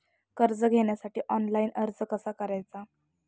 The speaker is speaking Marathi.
कर्ज घेण्यासाठी ऑनलाइन अर्ज कसा करायचा?